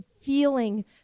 feeling